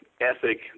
ethic